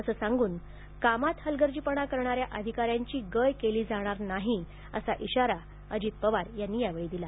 असं सांगून कामात हलगर्जीपणा करणाऱ्या अधिकाऱ्यांची गय केली जाणार नाही असा इशारा अजित पवार यांनी यावेळी दिला